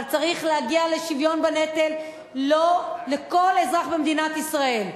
אבל צריך להגיע לשוויון בנטל לכל אזרח במדינת ישראל,